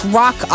rock